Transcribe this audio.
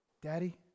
Daddy